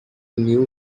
new